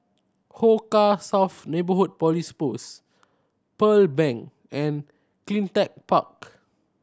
Hong Kah South Neighbourhood Police Post Pearl Bank and Cleantech Park